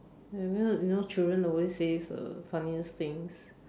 you know you know children always say funniest things